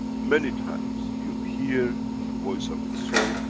many times you hear the voice of the soul,